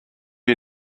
you